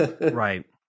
right